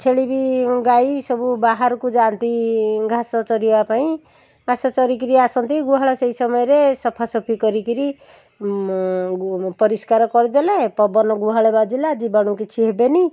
ଛେଳି ବି ଓ ଗାଈ ସବୁ ବାହାରକୁ ଯାଆନ୍ତି ଘାସ ଚରିବା ପାଇଁ ଘାସ ଚରିକରି ଆସନ୍ତି ଗୁହାଳ ସେଇ ସମୟରେ ସଫାସଫି କରିକିରି ପରିଷ୍କାର କରିଦେଲେ ପବନ ଗୁହାଳ ବାଜିଲା ଜୀବାଣୁ କିଛି ହେବେନି